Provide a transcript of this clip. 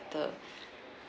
the